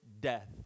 death